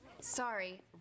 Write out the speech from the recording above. Sorry